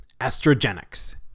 estrogenics